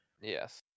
Yes